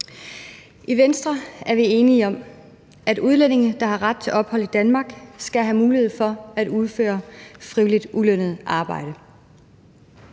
I Venstre er vi enige i, at udlændinge, der har ret til ophold i Danmark, skal have mulighed for at udføre frivilligt ulønnet arbejde.